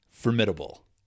Formidable